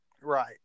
Right